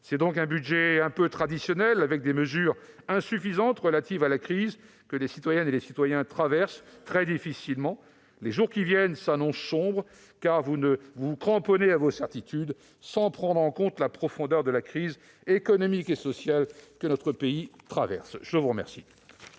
C'est donc un budget quelque peu traditionnel, avec des mesures insuffisantes pour faire face à une crise que les citoyennes et les citoyens traversent très difficilement. Les jours qui viennent s'annoncent sombres, car vous vous cramponnez à vos certitudes sans prendre en compte la profondeur de la crise économique et sociale qui touche notre pays. La parole est à Mme